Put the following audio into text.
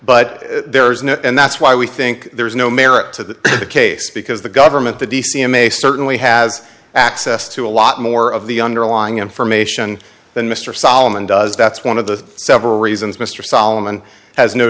but there's no and that's why we think there's no merit to the case because the government the d c i'm a certainly has access to a lot more of the underlying information than mr solomon does that's one of the several reasons mr solomon has no